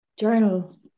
journal